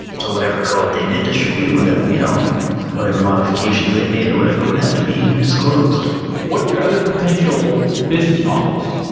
so whatever code they did distribute with them, you know whatever modifications they made, or whatever would have to be disclosed what are your other potential business models?